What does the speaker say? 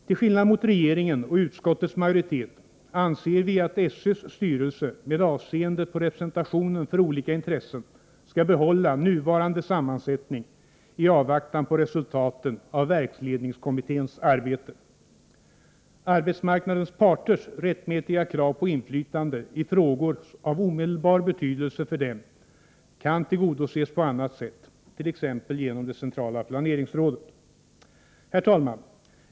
Till skillnad mot regeringen och utskottets majoritet anser vi att SÖ:s styrelse med avseende på representationen för olika intressen skall behålla nuvarande sammansättning i avvaktan på resultaten av verksledningskommitténs arbete. Arbetsmarknadsparternas rättmätiga krav på inflytande i frågor av omedelbar betydelse för dem kan tillgodoses på annat sätt, t.ex. genom det centrala planeringsrådet. Herr talman!